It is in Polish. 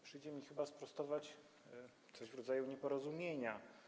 Przyjdzie mi chyba sprostować coś w rodzaju nieporozumienia.